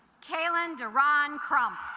kailyn dear on krump